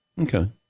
Okay